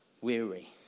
weary